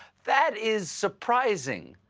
that is surprising.